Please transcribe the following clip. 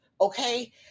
okay